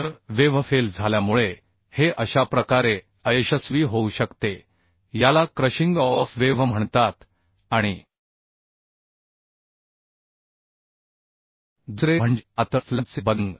तर wave fail झाल्यामुळे हे अशा प्रकारे अयशस्वी होऊ शकते याला क्रशिंग ऑफ वेव्ह म्हणतात आणि दुसरे म्हणजे पातळ फ्लॅंजचे बकलिंग